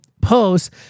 posts